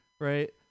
right